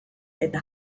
eta